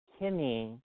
Kimmy